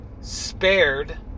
spared